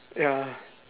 ya